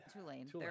Tulane